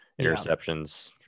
interceptions